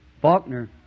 Faulkner